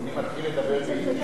אני מתחיל לדבר ביידיש.